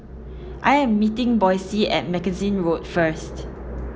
I am meeting Boysie at Mackenzie Road first